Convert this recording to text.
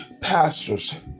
pastors